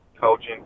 coaching